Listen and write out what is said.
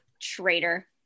Traitor